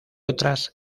otras